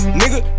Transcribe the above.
nigga